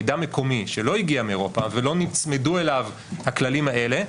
מידע מקומי שלא הגיע מאירופה ולא נצמדו אליו הכללים האלה,